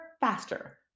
faster